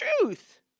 truth